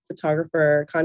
photographer